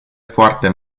foarte